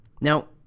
Now